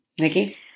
Nikki